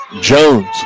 Jones